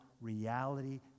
reality